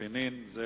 חנין, זה